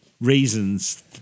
reasons